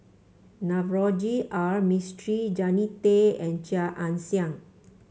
Navroji R Mistri Jannie Tay and Chia Ann Siang